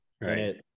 right